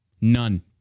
None